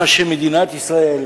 הם מה שמדינת ישראל